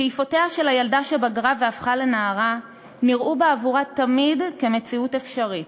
שאיפותיה של הילדה שבגרה והפכה לנערה נראו בעבורה תמיד כמציאות אפשרית,